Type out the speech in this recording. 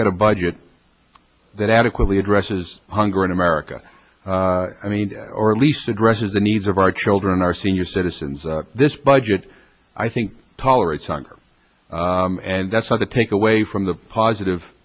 get a budget that adequately addresses hunger in america i mean or at least addresses the needs of our children our senior citizens this budget i think tolerates hunger and that's why the take away from the positive